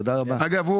דרך אגב,